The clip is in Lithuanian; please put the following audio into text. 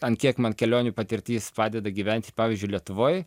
ant kiek man kelionių patirtis padeda gyventi pavyzdžiui lietuvoj